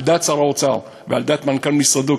על דעת שר האוצר ועל דעת מנכ"ל משרדו,